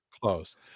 close